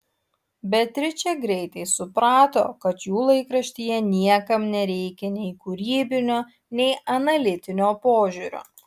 beatričė greitai suprato kad jų laikraštyje niekam nereikia nei kūrybinio nei analitinio požiūrio